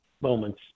moments